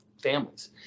families